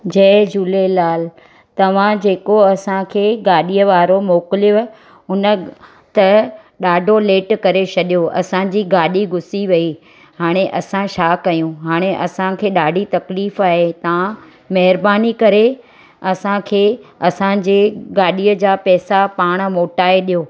जय झूलेलाल तव्हां जेको असां खे गाॾीअ वारो मोकिलियुव उन त ॾाढो लेट करे छॾियो असांजी गाॾी गुसी वई हाणे असां छा कयूं हाणे असां खे ॾाढी तकलीफ़ आहे तव्हां महिरबानी करे असांखे असांजे गाॾीअ जा पैसा पाण मोटाए ॾियो